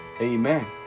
Amen